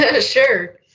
Sure